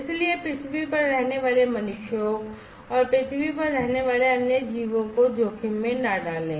इसलिए पृथ्वी पर रहने वाले मनुष्यों और पृथ्वी पर रहने वाले अन्य जीवों को जोखिम में न डालें